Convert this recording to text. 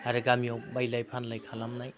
आरो गामियाव बायलाय फानलाय खालामनाय